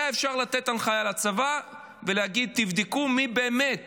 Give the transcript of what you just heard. היה אפשר לתת הנחיה לצבא ולהגיד: תבדקו מי באמת